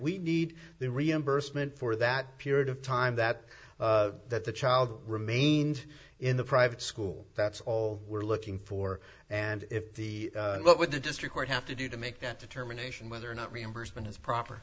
we need the reimbursement for that period of time that that the child remained in the private school that's all we're looking for and if the what would the district court have to do to make that determination whether or not reimbursement is proper